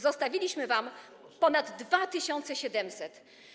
Zostawiliśmy wam ich ponad 2700.